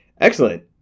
Excellent